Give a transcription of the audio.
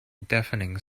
deafening